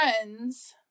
friends